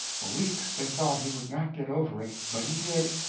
for weeks they thought he would not get over it but he did,